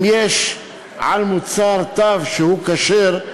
אם יש על מוצר תו שהוא כשר,